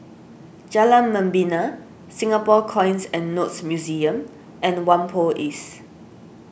Jalan Membina Singapore Coins and Notes Museum and Whampoa East